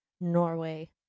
norway